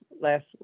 last